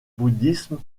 bouddhisme